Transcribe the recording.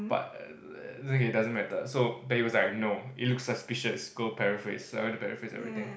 but err it's okay it doesn't matter so but he was like no it look suspicious go paraphrase so I went to paraphrase everything